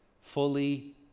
fully